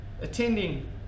attending